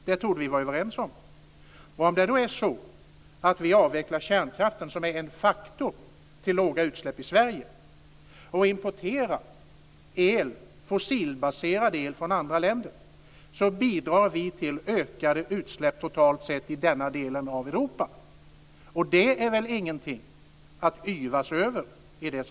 Det torde vi vara överens om. Om vi då avvecklar kärnkraften, som är en faktor för låga utsläpp i Sverige, och importerar fossilbaserad el från andra länder, så bidrar vi till ökade utsläpp totalt sett i denna del av Europa, och det är väl ingenting att yvas över.